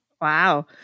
Wow